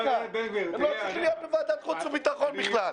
הם לא צריכים להיות בוועדת החוץ והביטחון בכלל.